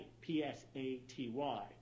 P-S-A-T-Y